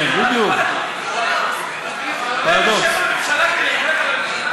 רגע, רגע, אתה יושב בממשלה כדי ללכלך על הממשלה?